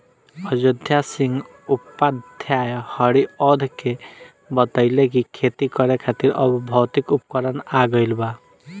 अयोध्या सिंह उपाध्याय हरिऔध के बतइले कि खेती करे खातिर अब भौतिक उपकरण आ गइल बा